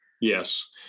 Yes